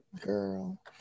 girl